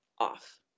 off